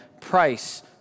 price